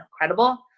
incredible